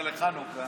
לחנוכה.